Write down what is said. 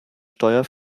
steuer